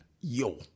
Yo